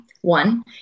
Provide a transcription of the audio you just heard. one